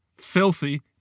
Filthy